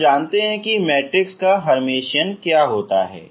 आप जानते हैं कि मैट्रिक्स का हर्मिशियन क्या है